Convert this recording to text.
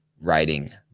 writing